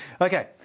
Okay